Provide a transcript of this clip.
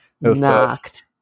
knocked